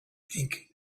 think